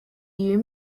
you